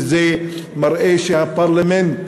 וזה מראה שהפרלמנט,